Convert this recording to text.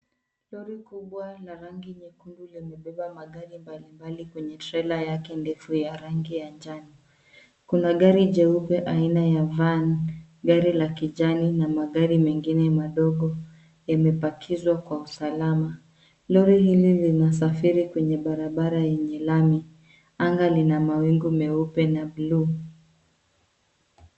Lori kubwa la rangi nyekundu limebeba magari mbalimbali, kwenye trela yake ndefu ya rangi ya njano. Kuna gari jeupe aina ya van , gari la kijani na magari mengine madogo yamepakizwa kwa usalama. Lori hili linasafiri kwenye barabara yenye lami, anga lina mawingu meupe na bluu.